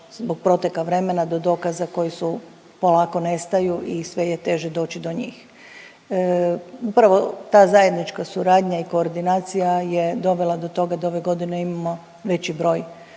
zbog protekla vremena do dokaza koji su polako nestaju i sve je teže doći do njih. Upravo ta zajednička suradnja i koordinacija je dovela do toga da ove godine imamo veći broj